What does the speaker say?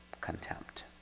contempt